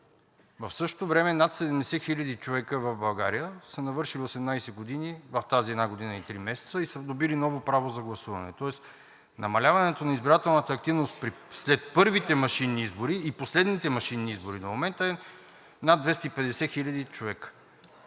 В същото време над 70 хиляди човека в България са навършили 18 години в тази една година и три месеца и са добили ново право за гласуване. Тоест намаляването на избирателната активност след първите машинни избори и последните машинни избори до момента е над 250 хиляди човека.